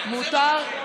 לעמוד בעמדות שהוא,